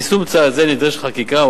ליישום צעד זה נדרשת חקיקה,